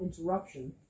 interruption